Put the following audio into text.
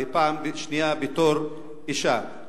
ופעם שנייה בתור אשה.